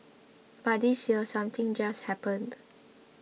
but this year something just happened